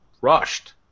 rushed